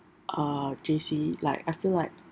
uh J_C like I feel like